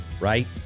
right